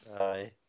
Aye